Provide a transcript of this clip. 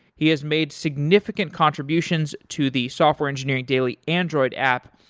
he has made significant contributions to the software engineering daily android app,